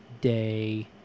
Day